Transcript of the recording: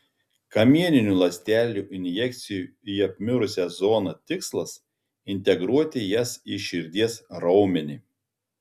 kamieninių ląstelių injekcijų į apmirusią zoną tikslas integruoti jas į širdies raumenį